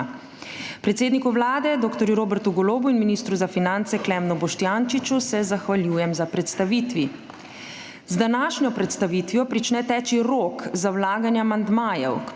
predsedniku Vlade doktor Robertu Golobu in ministru za finance Klemnu Boštjančiču se zahvaljujem za predstavitvi. Z današnjo predstavitvijo prične teči rok za vlaganje amandmajev